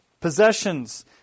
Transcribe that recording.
Possessions